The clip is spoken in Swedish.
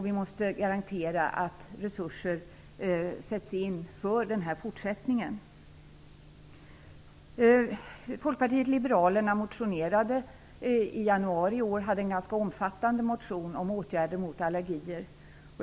Vi måste garantera att resurser sätts in för fortsättningen. Vi hade en ganska omfattande motion om åtgärder mot allergier.